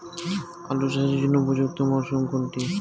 আলু চাষের জন্য উপযুক্ত মরশুম কোনটি?